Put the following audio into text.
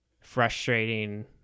frustrating